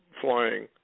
flying